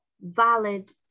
valid